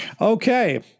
okay